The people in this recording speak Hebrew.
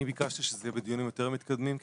אני ביקשתי שזה יהיה בדיונים יותר מתקדמים כי